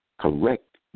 correct